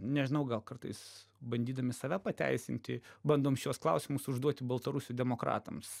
nežinau gal kartais bandydami save pateisinti bandom šiuos klausimus užduoti baltarusių demokratams